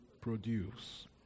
produce